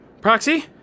Proxy